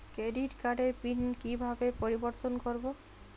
Credit কার্ডের PIN কিভাবে পরিবর্তন করবো?